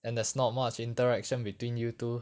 and there's not much interaction between you two